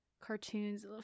cartoons